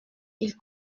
ils